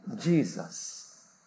Jesus